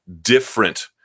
different